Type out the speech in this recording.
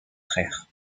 frères